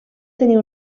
tenir